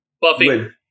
Buffy